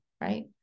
right